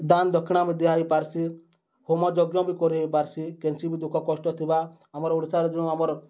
ଦାନ୍ ଦକ୍ଷିଣା ବି ଦିଆହେଇପାର୍ସି ହୋମ ଯଜ୍ଞ ବି କରି ହେଇପାର୍ସି କେନ୍ସି ବି ଦୁଃଖ କଷ୍ଟ ଥିବା ଆମର୍ ଓଡ଼ିଶାରେ ଯୋଉ ଆମର୍